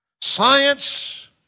Science